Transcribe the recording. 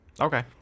Okay